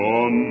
on